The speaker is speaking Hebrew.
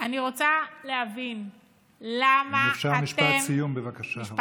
אני רוצה להבין למה, אם אפשר משפט סיום, בבקשה.